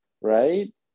right